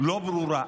לא ברורה.